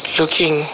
looking